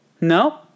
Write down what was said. no